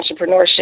entrepreneurship